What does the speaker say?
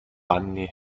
anni